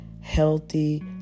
healthy